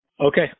Okay